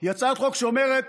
היא הצעת חוק שאומרת